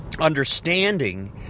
understanding